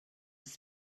was